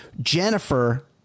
Jennifer